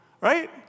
Right